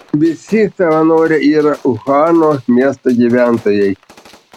visi savanoriai yra uhano miesto gyventojai